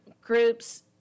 groups